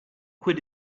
quit